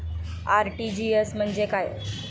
RTGS म्हणजे काय?